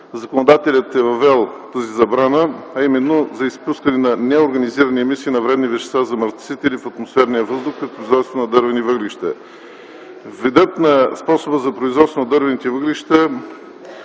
законодателят е въвел тази забрана за изпускане на неорганизирани емисии на вредни вещества, замърсители в атмосферния въздух при производството на дървени въглища. Видът на способа за производството на дървени въглища